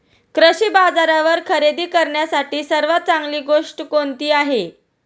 कृषी बाजारावर खरेदी करण्यासाठी सर्वात चांगली गोष्ट कोणती आहे?